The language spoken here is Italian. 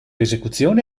esecuzione